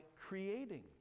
creating